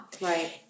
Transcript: Right